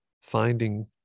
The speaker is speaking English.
finding